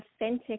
authentic